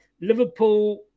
Liverpool